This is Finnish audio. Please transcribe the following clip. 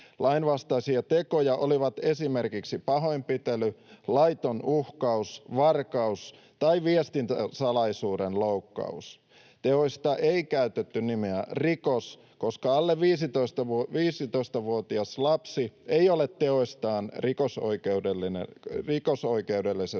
Lainvastaisia tekoja olivat esimerkiksi pahoinpitely, laiton uhkaus, varkaus tai viestintäsalaisuuden loukkaus. Teoista ei käytetty nimeä rikos, koska alle 15-vuotias lapsi ei ole teoistaan rikosoikeudellisesti